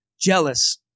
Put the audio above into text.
jealous